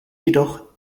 jedoch